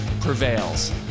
Prevails